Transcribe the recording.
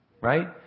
right